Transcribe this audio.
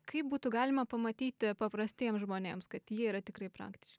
kaip būtų galima pamatyti paprastiems žmonėms kad jie yra tikrai praktiška